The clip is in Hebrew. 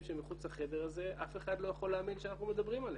שמחוץ לחדר הזה אף אחד לא יכול להאמין שאנחנו מדברים עליהם.